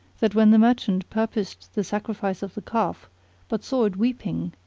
that when the merchant purposed the sacrifice of the calf but saw it weeping,